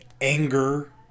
anger